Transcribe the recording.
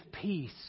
peace